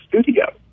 studio